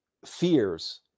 Fears